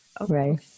Right